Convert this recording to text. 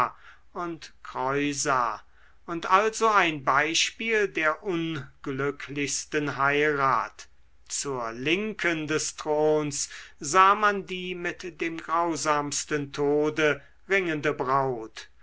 und kreusa und also ein beispiel der unglücklichsten heirat zur linken des throns sah man die mit dem grausamsten tode ringende braut